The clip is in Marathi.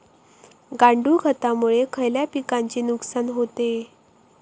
गांडूळ खतामुळे खयल्या पिकांचे नुकसान होते?